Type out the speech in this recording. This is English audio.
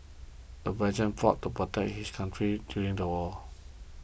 the veteran fought to protect his country during the war